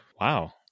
Wow